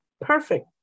Perfect